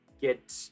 get